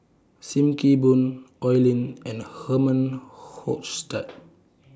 SIM Kee Boon Oi Lin and Herman Hochstadt